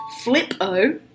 Flip-O